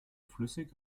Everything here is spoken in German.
flüssig